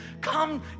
come